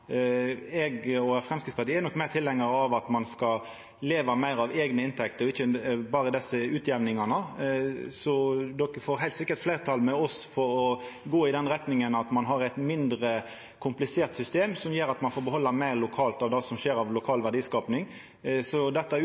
Eg og Framstegspartiet er nok meir tilhengjar av at ein skal leva meir av eigne inntekter og ikkje berre av desse utjamningane. Så Høgre får heilt sikkert fleirtal med oss for å gå i den retninga at ein har eit mindre komplisert system, som gjer at ein får behalda meir lokalt av det som skjer av lokal verdiskaping. Så